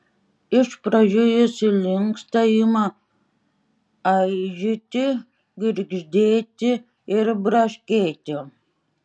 iš pradžių jis įlinksta ima aižėti girgždėti ir braškėti